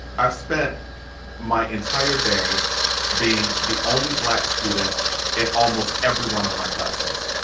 i've spent my entire day being the only black student in almost every one of my classes.